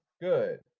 Good